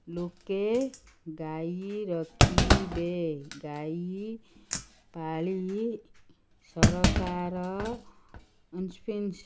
ଲୋକେ ଗାଈ ରଖିବେ ଗାଈ ପାଳି ସରକାର